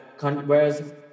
whereas